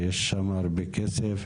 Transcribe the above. יש שם הרבה כסף,